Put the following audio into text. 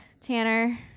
Tanner